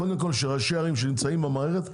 קודם כל שראשי ערים שנמצאים במערכת,